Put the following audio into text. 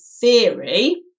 theory